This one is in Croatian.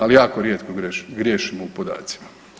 Ali jako rijetko griješimo u podacima.